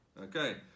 Okay